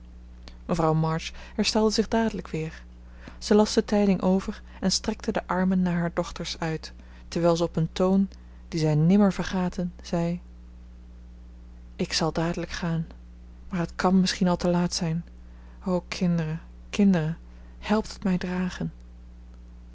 mevrouw march herstelde zich dadelijk weer ze las de tijding over en strekte de armen naar haar dochters uit terwijl ze op een toon dien zij nimmer vergaten zei ik zal dadelijk gaan maar het kan misschien al te laat zijn o kinderen kinderen helpt het mij dragen